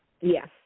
Yes